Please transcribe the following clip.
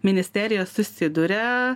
ministerija susiduria